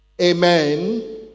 Amen